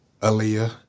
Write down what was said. Aaliyah